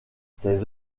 ses